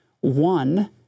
One